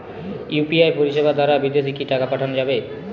UPI পরিষেবা দারা বিদেশে কি টাকা পাঠানো যাবে?